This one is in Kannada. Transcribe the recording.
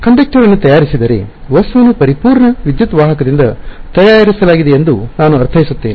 ಆದ್ದರಿಂದ ಕಂಡಕ್ಟರ್ ಅನ್ನು ತಯಾರಿಸಿದರೆ ವಸ್ತುವನ್ನು ಪರಿಪೂರ್ಣ ವಿದ್ಯುತ್ ವಾಹಕದಿಂದ ತಯಾರಿಸಲಾಗಿದೆಯೆಂದು ನಾನು ಅರ್ಥೈಸುತ್ತೇನೆ